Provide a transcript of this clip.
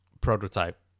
prototype